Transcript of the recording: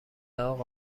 اقا